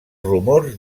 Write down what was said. rumors